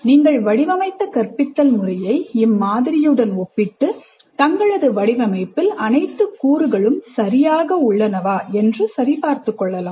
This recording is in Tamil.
நீங்கள் வடிவமைத்த கற்பித்தல் முறையை இம்மாதிரியுடன் ஒப்பிட்டு தங்களது வடிவமைப்பில் அனைத்து கூறுகளும் சரியாக உள்ளனவா என்று சரி பார்த்துக் கொள்ளலாம்